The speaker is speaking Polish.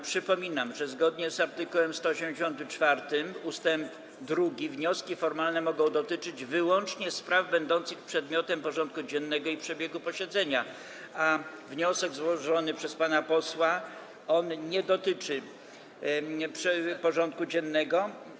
Przypominam, że zgodnie z art. 184 ust. 2 wnioski formalne mogą dotyczyć wyłącznie spraw będących przedmiotem porządku dziennego i przebiegu posiedzenia, a wniosek złożony przez pana posła nie dotyczy porządku dziennego.